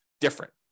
different